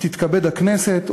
תתכבד הכנסת,